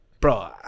bro